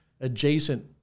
adjacent